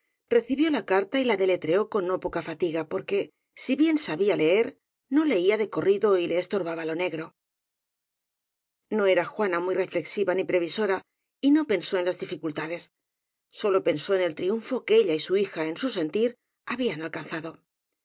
recibió la carta y la deletreó con no poca fatiga porque si bien sabía leer no leía de corrido y le estorbaba lo negro no era juana muy reflexiva ni previsora y no pensó en las dificultades sólo pensó en el triunfo que ella y su hija en su sentir habían alcanzado